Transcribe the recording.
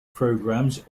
programs